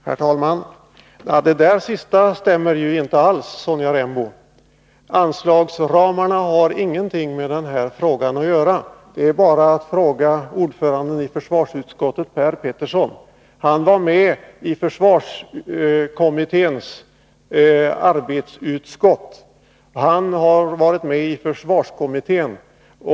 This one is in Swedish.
Herr talman! Det sista stämmer inte alls, Sonja Rembo. Anslagsramarna har ingenting med den här frågan att göra — det är bara att fråga ordföranden i försvarsutskottet, Per Petersson! Han var med i försvarskommitténs arbetsutskott, och han har varit med i försvarskommittén.